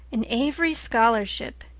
an avery scholarship!